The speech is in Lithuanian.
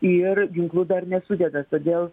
ir ginklų dar nesudeda todėl